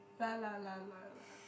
la la la la la